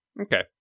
Okay